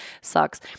sucks